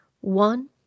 one